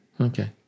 Okay